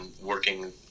working